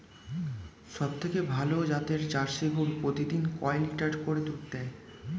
সবথেকে ভালো জাতের জার্সি গরু প্রতিদিন কয় লিটার করে দুধ দেয়?